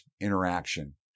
interaction